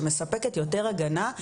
שמספקת יותר הגנה,